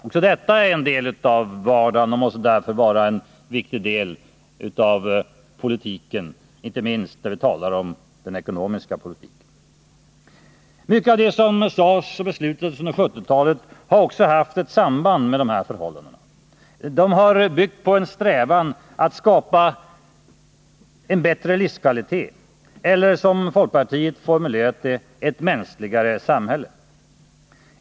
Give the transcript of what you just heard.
Också detta är en del av vardagen och måste därför vara en viktig del av politiken, inte minst den ekonomiska politiken. Mycket av det som sades och beslutades under 1970-talet har också haft ett samband med dessa förhållanden — en strävan att skapa en bättre livskvalitet, eller som folkpartiet formulerade det, ett mänskligare samhälle.